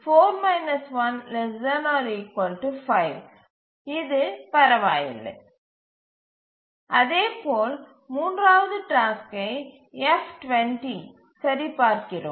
என இது பரவாயில்லை அதேபோல் மூன்றாவது டாஸ்க்கை எஃப் 20 சரிபார்க்கிறோம்